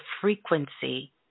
frequency